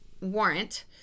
warrant